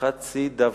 וחצי דבר.